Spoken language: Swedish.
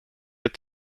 ett